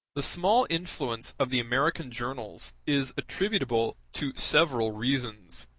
the small influence of the american journals is attributable to several reasons,